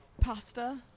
Pasta